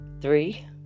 three